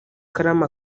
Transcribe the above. ikaramu